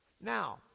Now